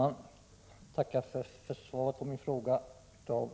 Herr talman! Jag tackar för svaret på min fråga av